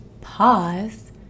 pause